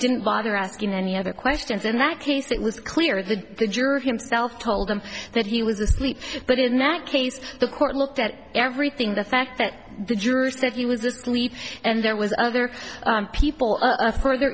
didn't bother asking any other questions in that case it was clear the jury himself told him that he was asleep but it now case the court looked at everything the fact that the juror said he was asleep and there was other people a further